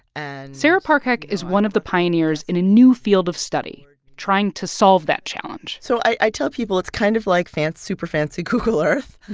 and. sarah parcak is one of the pioneers in a new field of study trying to solve that challenge so i tell people it's kind of like super fancy google earth